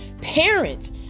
parents